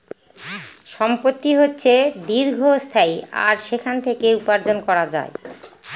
সম্পত্তি হচ্ছে দীর্ঘস্থায়ী আর সেখান থেকে উপার্জন করা যায়